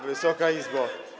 Wysoka Izbo!